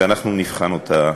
ואנחנו נבחן אותה,